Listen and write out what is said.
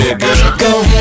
go